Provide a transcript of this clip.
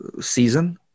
season